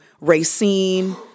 Racine